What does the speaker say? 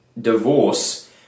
divorce